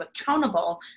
accountable